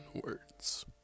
words